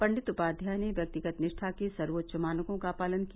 पंडित उपाध्याय ने व्यक्तिगत निष्ठा के सर्वोच्च मानकों का पालन किया